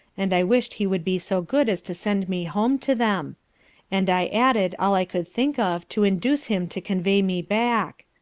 and i wish'd he would be so good as to send me home to them and i added, all i could think of to induce him to convey me back.